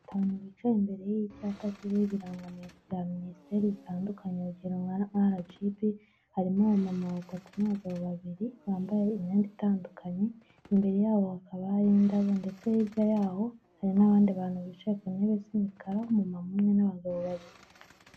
Batanu bicaye imbere y'icyapa kiriho ibirangano bya minisiteri zitandukanye urugero nka arajibi, harimo aba mama batatu n'abagabo babiri, bambaye imyenda itandukanye, imbere yabo hakaba hari indabo ndetse hirya yaho hari n'abandi bantu bicaye ku ntebe z'imikara umumama umwe n'abagabo babiri.